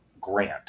grant